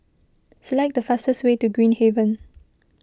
select the fastest way to Green Haven